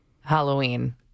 Halloween